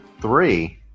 three